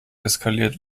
eskaliert